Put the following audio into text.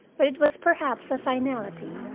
but it was perhaps a finality,